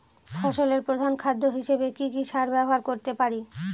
ফসলের প্রধান খাদ্য হিসেবে কি কি সার ব্যবহার করতে পারি?